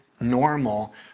normal